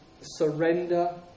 surrender